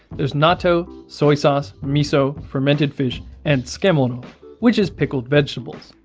there's natto, soy sauce, miso, fermented fish and tsukemono which is pickled vegetables.